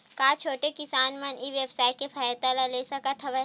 का छोटे किसान मन ई व्यवसाय के फ़ायदा ले सकत हवय?